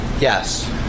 Yes